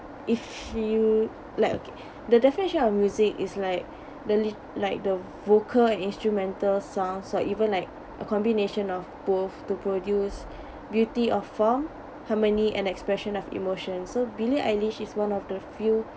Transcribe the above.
if you like okay the definition of music is like the li~ like the vocal and instrumental songs so even like a combination of both to produce beauty of form harmony and expression of emotion so billie eilish is one of the few